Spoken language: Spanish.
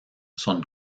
son